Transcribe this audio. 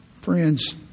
friends